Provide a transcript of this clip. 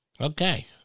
Okay